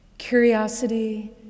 Curiosity